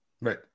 Right